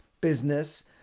business